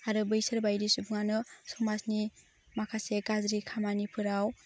आरो बैसोर बायदि सुबुङानो समाजनि माखासे गाज्रि खामानिफोराव